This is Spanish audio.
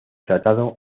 tratado